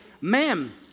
ma'am